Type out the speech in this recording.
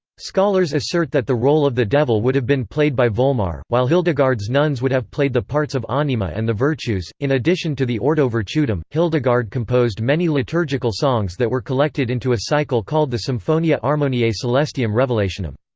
scholars assert that the role of the devil would have been played by volmar, while hildegard's nuns would have played the parts of anima and the virtues in addition to the ordo virtutum, hildegard composed many liturgical songs that were collected into a cycle called the symphonia armoniae celestium revelationum.